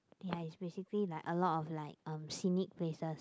ya is basically like a lot of like uh scenic places